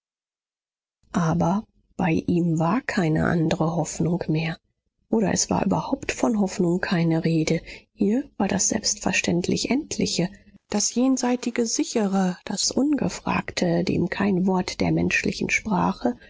aber bei ihm war keine andre hoffnung mehr oder es war überhaupt von hoffnung keine rede hier war das selbstverständlich endliche das jenseitig sichere das ungefragte dem kein wort der menschlichen sprache